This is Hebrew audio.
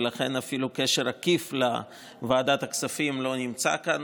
ולכן אפילו קשר עקיף לוועדת הכספים לא נמצא כאן.